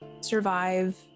survive